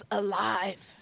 alive